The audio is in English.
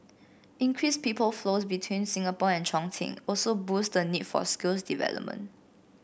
increased people flows between Singapore and Chongqing also boost the need for skills development